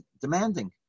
demanding